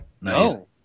No